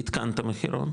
עדכנת מחירון,